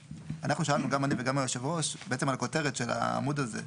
אנחנו שאלנו גם אני וגם יושב הראש בעצם על הכותרת של העמוד הזה.